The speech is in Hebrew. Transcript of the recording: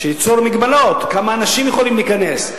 שתיצור מגבלות: כמה אנשים יכולים להיכנס,